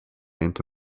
into